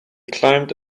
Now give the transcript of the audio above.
climbed